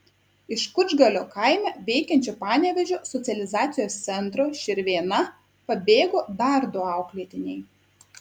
iš kučgalio kaime veikiančio panevėžio socializacijos centro širvėna pabėgo dar du auklėtiniai